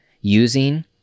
using